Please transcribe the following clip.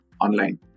online